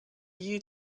you